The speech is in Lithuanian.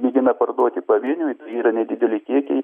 mėgina parduoti pavieniui tai yra nedideli kiekiai